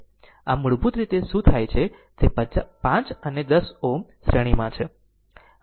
આમ મૂળભૂત રીતે આ શું થાય છે તે 5 અને 10 Ω શ્રેણીમાં છે